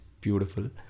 beautiful